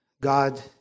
God